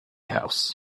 house